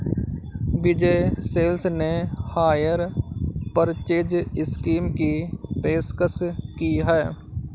विजय sales ने hire purchase scheme की पेशकश की हैं